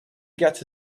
get